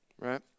right